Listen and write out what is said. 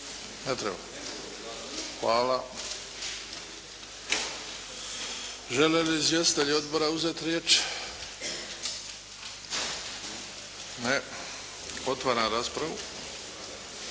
Ne treba. Hvala. Žele li izvjestitelji odbora uzeti riječ? Ne. Otvaram raspravu.